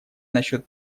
насчет